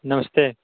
नमस्ते